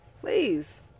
please